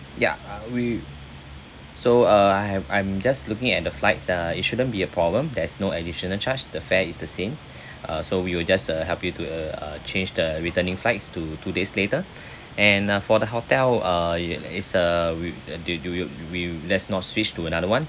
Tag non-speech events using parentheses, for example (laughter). ya uh we so uh I have I'm just looking at the flights uh it shouldn't be a problem there's no additional charge the fare is the same (breath) uh so we will just uh help you to uh change the returning flights to two days later (breath) and uh for the hotel uh y~ uh it's uh we the the we will we let's not switch to another one